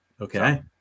Okay